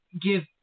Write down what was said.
give